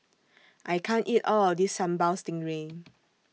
I can't eat All of This Sambal Stingray